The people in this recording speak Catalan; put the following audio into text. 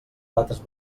rates